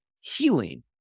healing